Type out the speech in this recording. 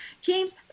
James